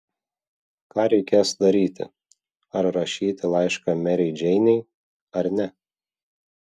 ką reikės daryti ar rašyti laišką merei džeinei ar ne